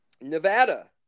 Nevada